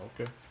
Okay